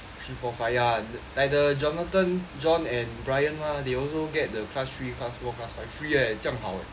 three four five ya like the jonathan john and bryan mah they also get the class three class four class five free leh 这样好